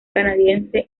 canadiense